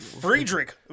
Friedrich